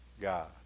God